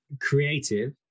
creative